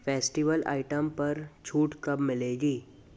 festival item पर छूट कब मिलेगी